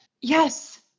Yes